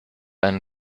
einen